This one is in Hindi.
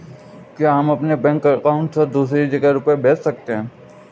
क्या हम अपने बैंक अकाउंट से दूसरी जगह रुपये भेज सकते हैं?